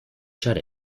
shut